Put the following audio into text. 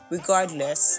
Regardless